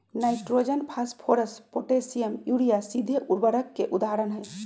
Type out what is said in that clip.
nitrogen, phosphorus, potassium, urea सीधे उर्वरक के उदाहरण हई